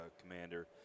commander